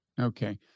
Okay